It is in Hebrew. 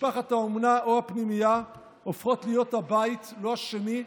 משפחת האומנה או הפנימייה הופכות להיות הבית לא השני,